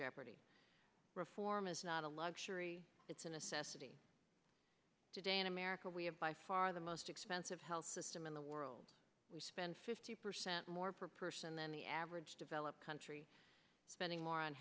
jeopardy reform is not a luxury it's a necessity today in america we have by far the most expensive health system in the world we spend fifty percent more per person than the average developed country spending more on